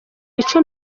ico